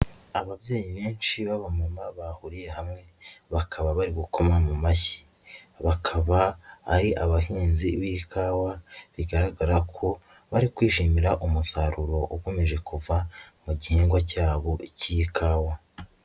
Ababyeyi benshi b'aba mamama bahuriye hamwe bakaba bari gukoma mu mashyi, bakaba ari abahinzi b'ikawa bigaragara ko bari kwishimira umusaruro ukomeje kuva mu gihingwa cyabo cy'ikawa.